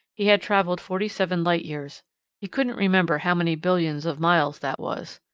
he had traveled forty seven light-years he couldn't remember how many billions of miles that was.